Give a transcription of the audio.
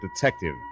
detective